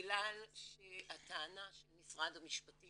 הטענה של משרד המשפטים